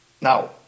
Now